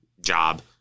job